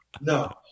no